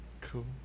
Cool